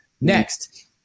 Next